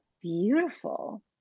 beautiful